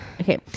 Okay